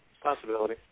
Possibility